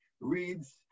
reads